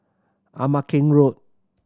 Ama Keng Road